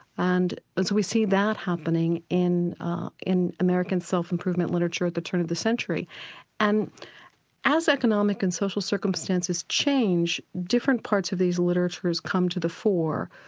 and as we see that happening in in american self-improvement literature at the turn of the century and as economic and social circumstances change, different parts of these literatures come to the fore.